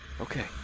Okay